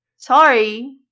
Sorry